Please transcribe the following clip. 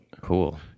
Cool